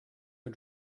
are